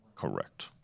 Correct